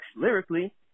lyrically